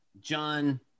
John